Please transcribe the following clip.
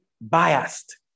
biased